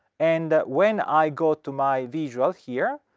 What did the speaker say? and when i go to my visual here,